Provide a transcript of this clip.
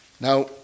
Now